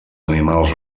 animals